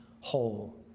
whole